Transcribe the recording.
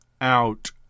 out